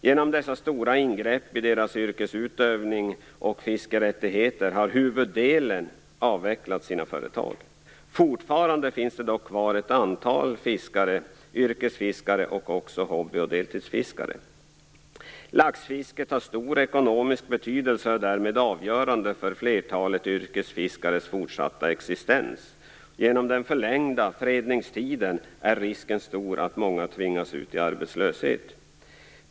Genom dessa stora ingrepp i deras yrkesutövning och fiskerättigheter har huvuddelen avvecklat sina företag. Fortfarande finns det dock ett antal fiskare kvar - yrkesfiskare och också hobby och deltidsfiskare. Laxfisket har stor ekonomisk betydelse och är därmed avgörande för flertalet yrkesfiskares fortsatta existens. Genom den förlängda fredningstiden är risken stor att många tvingas ut i arbetslöshet.